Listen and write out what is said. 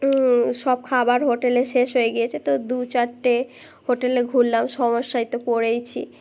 সব খাবার হোটেলে শেষ হয়ে গিয়েছে তো দু চারটে হোটেলে ঘুরলাম সমস্যায় তো পড়েইছি